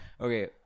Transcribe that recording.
Okay